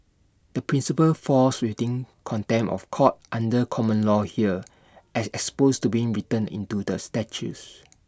the principle falls within contempt of court under common law here as exposed to being written into the statutes